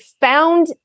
found